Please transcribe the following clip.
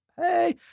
hey